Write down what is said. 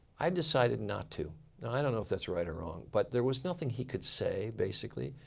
i decided not to. now i don't know if that's right or wrong. but there was nothing he could say basically.